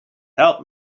help